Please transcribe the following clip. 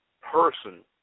person